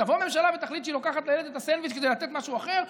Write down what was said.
תבוא ממשלה ותחליט שהיא לוקחת מהילד את הסנדוויץ' כדי לתת משהו אחר,